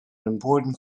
important